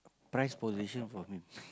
prize possession for him